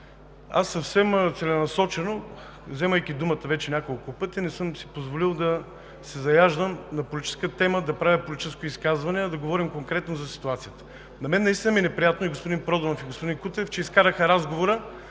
Съвсем целенасочено, вземайки думата вече няколко пъти, не съм си позволил да се заяждам на политическа тема, да правя политическо изказване, а да говорим конкретно за ситуацията. На мен наистина ми е неприятно, че и господин Проданов, и господин Кутев изкараха разговора